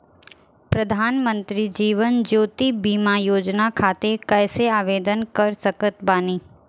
प्रधानमंत्री जीवन ज्योति बीमा योजना खातिर कैसे आवेदन कर सकत बानी?